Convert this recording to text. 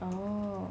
oh